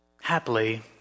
happily